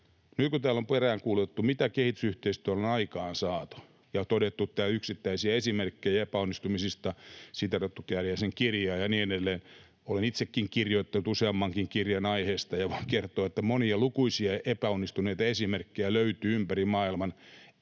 Nyt kun täällä on peräänkuulutettu, mitä kehitysyhteistyöllä on aikaansaatu ja todettu täällä yksittäisiä esimerkkejä epäonnistumisista, siteerattu Kääriäisen kirjaa ja niin edelleen, olen itsekin kirjoittanut useammankin kirjan aiheesta ja voin kertoa, että monia lukuisia epäonnistuneita esimerkkejä löytyy ympäri maailman